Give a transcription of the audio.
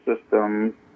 system